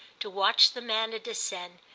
to watch the manna descend,